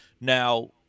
Now